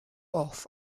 off